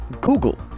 Google